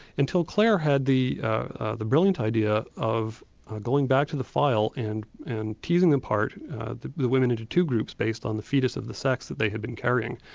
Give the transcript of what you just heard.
until claire had the the brilliant idea of going back to the file and and teasing apart the the women into two groups based on the foetus of the sex that they had been carrying.